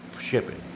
shipping